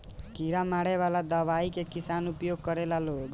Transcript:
कीड़ा मारे वाला दवाई के किसान उपयोग करेला लोग